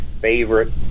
favorite